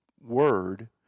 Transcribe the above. word